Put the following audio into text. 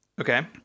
Okay